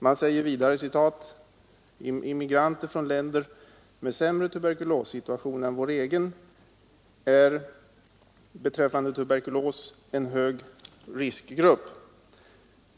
Man säger vidare: ”Immigranter från länder med sämre tuberkulossituation än vår egen, är beträffande tuberkulos en hög riskgrupp.